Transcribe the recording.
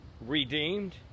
redeemed